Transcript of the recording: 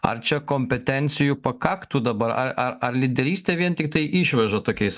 ar čia kompetencijų pakaktų dabar ar lyderystė vien tiktai išveža tokiais